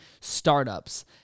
startups